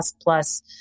plus